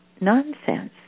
Nonsense